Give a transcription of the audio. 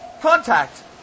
contact